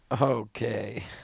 Okay